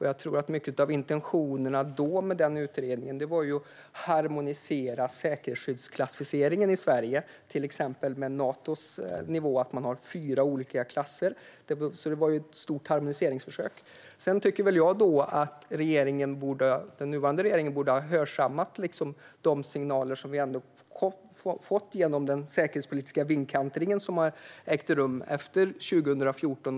Jag tror att mycket av intentionerna med den utredningen handlade om att harmonisera säkerhetsskyddsklassificeringen i Sverige till exempel med Natos nivå - man har fyra olika klasser. Det var alltså ett stort harmoniseringsförsök. Sedan tycker väl jag att den nuvarande regeringen borde ha hörsammat de signaler som vi ändå fick genom den säkerhetspolitiska vindkantring som ägde rum efter 2014.